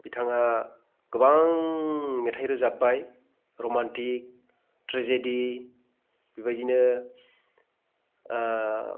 बिथांआ गोबां मेथाइ रोजाबबाय रमान्थिक थ्रेजेदि बेबायदिनो